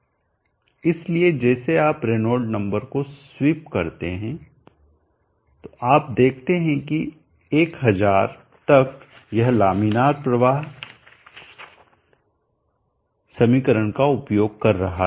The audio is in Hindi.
इसलिए जैसे आप रेनॉल्ट नंबर को स्वीप करते हैं आप देखते हैं कि 1000 तक यह लामिनार प्रवाह समीकरण का उपयोग कर रहा है